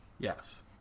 Yes